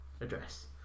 address